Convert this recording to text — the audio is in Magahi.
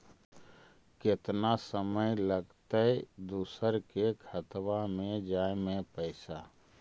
केतना समय लगतैय दुसर के खाता में जाय में पैसा?